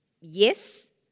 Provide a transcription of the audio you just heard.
yes